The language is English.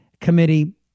Committee